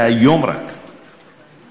שהיום רק נסגר,